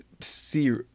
see